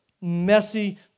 messy